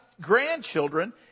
grandchildren